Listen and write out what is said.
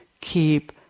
keep